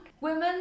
women